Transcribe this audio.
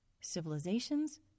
civilizations